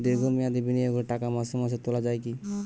দীর্ঘ মেয়াদি বিনিয়োগের টাকা মাসে মাসে তোলা যায় কি?